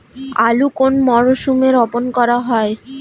আলু কোন মরশুমে রোপণ করা হয়?